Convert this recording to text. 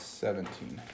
seventeen